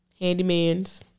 Handymans